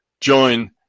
join